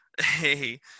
hey